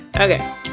Okay